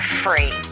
free